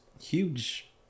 huge